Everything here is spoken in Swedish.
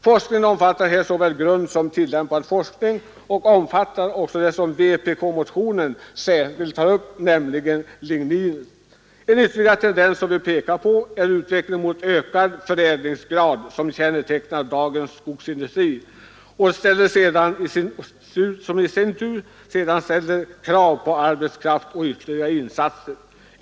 Forskningen där omfattar såväl grundforskning som tillämpad forskning och innefattar också ligninet, som vpk-motionen särskilt tar upp. Ännu en tendens som vi pekar på i betänkandet är utvecklingen i riktning emot ökad förädlingsgrad som kännetecknar dagens skogsindustri, vilken i sin tur ställer krav på ytterligare arbetskraft och övriga insatser.